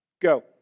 Go